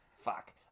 fuck